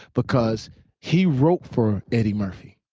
because he wrote for eddie murphy.